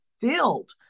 filled